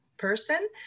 person